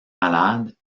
malade